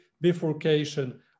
bifurcation